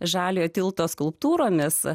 žaliojo tilto skulptūromis